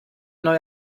neue